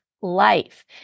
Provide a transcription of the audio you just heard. life